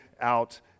out